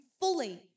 fully